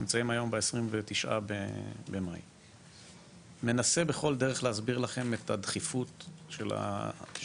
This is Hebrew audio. נמצאים היום ב- 29.5. מנסה בכל דרך להסביר לכם את הדחיפות של העניין,